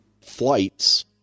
flights